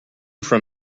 from